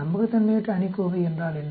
நம்பகத்தன்மையற்ற அணிக்கோவை என்றால் என்ன